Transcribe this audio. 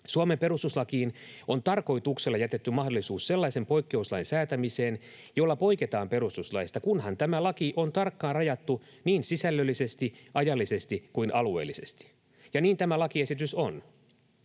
Suomen perustuslakiin on tarkoituksella jätetty mahdollisuus sellaisen poikkeuslain säätämiseen, jolla poiketaan perustuslaista, kunhan tämä laki on tarkkaan rajattu niin sisällöllisesti, ajallisesti kuin alueellisestikin, ja niin tämä lakiesitys on.